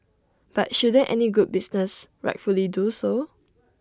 but shouldn't any good business rightfully do so